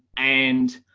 and